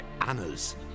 Anna's